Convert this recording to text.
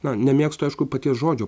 na nemėgstu aišku paties žodžio